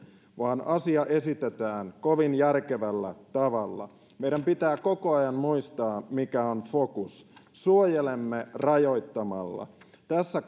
vaan asia esitetään kovin järkevällä tavalla meidän pitää koko ajan muistaa mikä on fokus suojelemme rajoittamalla tässä